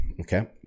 Okay